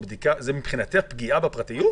זה מבחינתך פגיעה בפרטיות?